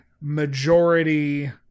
majority